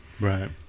Right